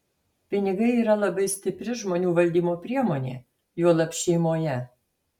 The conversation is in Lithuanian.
pinigai yra labai stipri žmonių valdymo priemonė juolab šeimoje